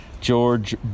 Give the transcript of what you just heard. George